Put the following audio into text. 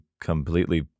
completely